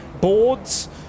boards